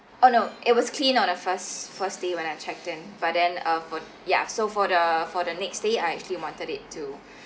oh no it was clean on the first first day when I checked in but then uh for ya so for the for the next day I actually wanted it to